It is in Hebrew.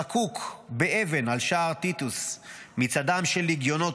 חקוק באבן על שער טיטוס מצעדם של לגיונות